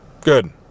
Good